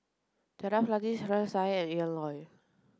Jaafar Latiff Sarkasi Said and Ian Loy